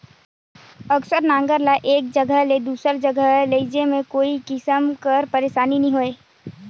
अकरस नांगर ल एक जगहा ले दूसर जगहा लेइजे मे कोनो किसिम कर पइरसानी नी होए